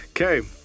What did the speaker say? Okay